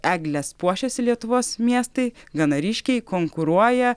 egles puošiasi lietuvos miestai gana ryškiai konkuruoja